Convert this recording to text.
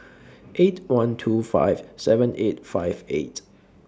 eight one two five seven eight five eight